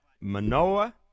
Manoa